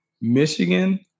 Michigan